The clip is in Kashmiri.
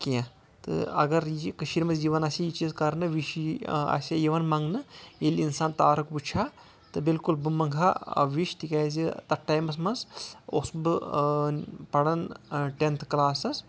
تہٕ اَگر یہِ کٔشیٖر منٛز یِوان اَسہِ ہا یہِ چیٖز کَرنہٕ وِش آسہِ ہا یِوان منٛگنہٕ ییٚلہِ اِنسان تارُک وٕچھِ ہا تہٕ بِلکُل بہٕ منٛگہٕ ہا وش تِکیٚازِ تَتھ ٹایَمس منٛز اوس بہٕ پران ٹیٚنٛتھ کَلاسَس